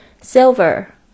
Silver